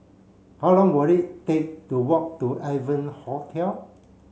how long will it take to walk to Evans Hostel